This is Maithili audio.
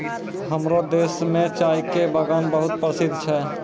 हमरो देश मॅ चाय के बागान बहुत प्रसिद्ध छै